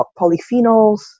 polyphenols